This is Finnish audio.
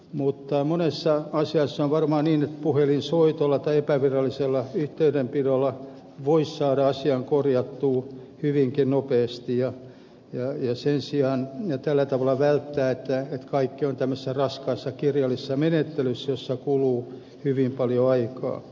mutta monessa asiassa on varmaan niin että puhelinsoitolla tai epävirallisella yhteydenpidolla voisi saada asian korjattua hyvinkin nopeasti ja tällä tavalla välttää että kaikki on tämmöisessä raskaassa kirjallisessa menettelyssä jossa kuluu hyvin paljon aikaa